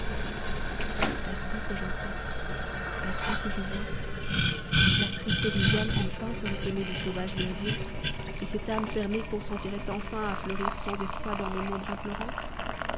vous que j'entends est-ce vous que je vois la triste viviane enfin serait aimée du sauvage myrdhinn et cette âme fermée consentirait enfin à fleurir sans effroi dans mon ombre implorante